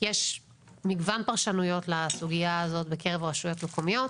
יש מגוון פרשנויות לסוגיה הזאת בקרב רשויות מקומיות.